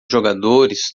jogadores